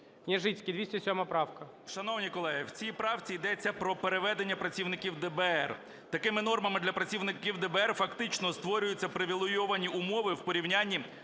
Шановні колеги, в цій правці йдеться про переведення працівників ДБР. Такими нормами для працівників ДБР, фактично, створюються привілейовані умови в порівнянні